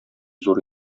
зур